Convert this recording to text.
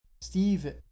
Steve